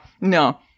no